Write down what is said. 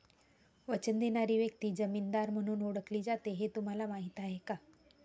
वचन देणारी व्यक्ती जामीनदार म्हणून ओळखली जाते हे तुम्हाला माहीत आहे का?